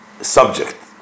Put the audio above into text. subject